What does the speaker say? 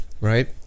right